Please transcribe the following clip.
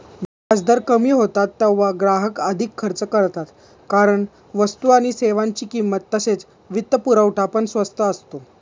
व्याजदर कमी होतात तेव्हा ग्राहक अधिक खर्च करतात कारण वस्तू आणि सेवांची किंमत तसेच वित्तपुरवठा पण स्वस्त असतो